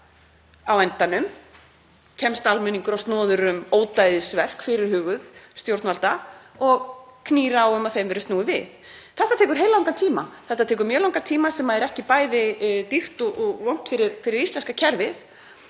Á endanum kemst almenningur kannski á snoðir um fyrirhuguð ódæðisverk stjórnvalda og knýr á um að því verði snúið við. Þetta tekur heillangan tíma. Þetta tekur mjög langan tíma sem er ekki bara dýrt og vont fyrir íslenska kerfið